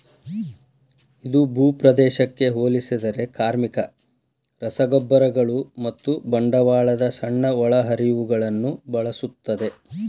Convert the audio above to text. ಇದು ಭೂಪ್ರದೇಶಕ್ಕೆ ಹೋಲಿಸಿದರೆ ಕಾರ್ಮಿಕ, ರಸಗೊಬ್ಬರಗಳು ಮತ್ತು ಬಂಡವಾಳದ ಸಣ್ಣ ಒಳಹರಿವುಗಳನ್ನು ಬಳಸುತ್ತದೆ